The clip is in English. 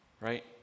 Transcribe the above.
right